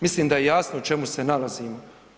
Mislim da je jasno u čemu se nalazimo.